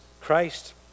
Christ